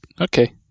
Okay